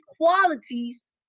qualities